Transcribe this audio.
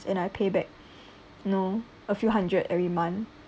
and I pay back you know a few hundred every month